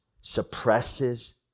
suppresses